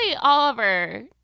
Oliver